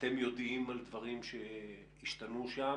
אתם יודעים על דברים שהשתנו שם?